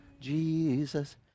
Jesus